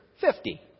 Fifty